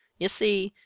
ye see,